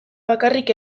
bakarrik